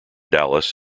dallas